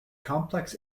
complex